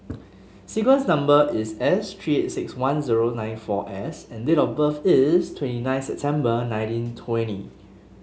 sequence number is S three eight six one zero nine four S and date of birth is twenty nine September nineteen twenty